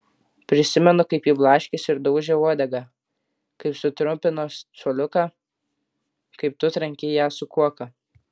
prisimenu kaip ji blaškėsi ir daužė uodegą kaip sutrupino suoliuką kaip tu trankei ją su kuoka